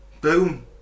boom